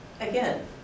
again